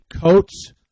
coats